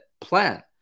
plan